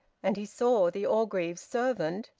and he saw the orgreaves' servant,